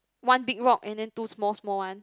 one big rock and then two small small one